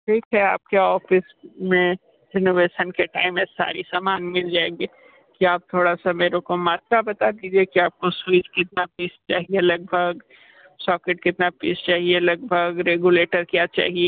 ठीक है आपके ऑफिस में रिनोवेशन के टाइम में सारी सामान मिल जाएंगी कि आप थोड़ा सा मेरे को मात्रा बता दीजिए कि आपको स्विच कितना पीस चाहिए लगभग सॉकेट कितना पीस चाहिए लगभग रेगुलेटर क्या चाहिए